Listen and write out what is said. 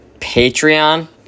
Patreon